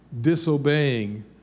disobeying